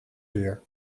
uur